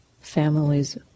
families